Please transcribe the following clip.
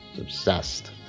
obsessed